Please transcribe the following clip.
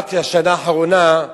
רק לשנה האחרונה,